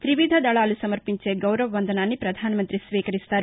త్రివిధ దళాలు సమర్పించే గౌరవ వందనాన్ని ప్రధానమంత్రి స్వీకరిస్తారు